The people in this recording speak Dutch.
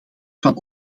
van